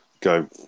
Go